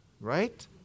Right